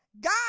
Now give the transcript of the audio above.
God